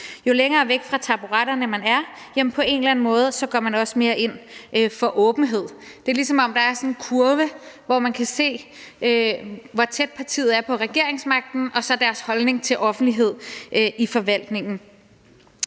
Jo længere væk fra taburetterne man er, jo mere går man på en eller anden måde også ind for åbenhed. Det er, som om der er sådan en kurve, hvor man kan se, hvor tæt partiet er på regeringsmagten, når det drejer sig om deres holdning til offentlighed i forvaltningen.